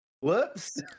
whoops